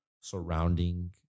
surrounding